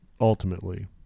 ultimately